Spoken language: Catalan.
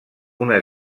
una